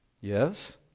Yes